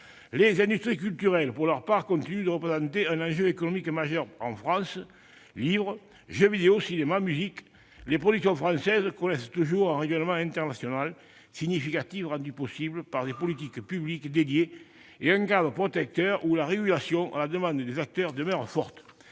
Les industries culturelles continuent pour leur part de représenter un enjeu économique majeur en France. Livres, jeux vidéo, cinéma, musique : les productions françaises connaissent toujours un rayonnement international significatif, rendu possible par des politiques publiques spécifiques et un cadre protecteur où la régulation, à la demande des acteurs, est toujours forte.